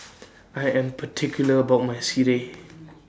I Am particular about My Sireh